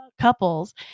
couples